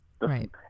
Right